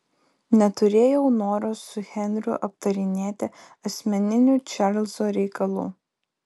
neturėjau noro su henriu aptarinėti asmeninių čarlzo reikalų